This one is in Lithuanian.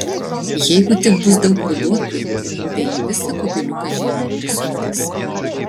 jeigu tik bus daug ruduokių tai ji visą kubiliuką žiemai prisūdys